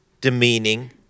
demeaning